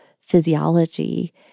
physiology